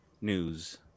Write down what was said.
news